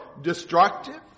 destructive